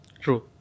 True